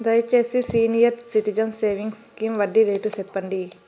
దయచేసి senior citizens savings scheme వడ్డీ rate సెప్పండి